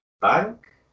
bank